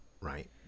right